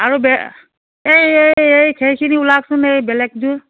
আৰু বেলেগ এই এই এইখিনি খোলাচোন এই বেলেগ যোৰ